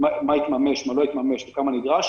מה התממש, מה לא התממש וכמה נדרש.